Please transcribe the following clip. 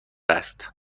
است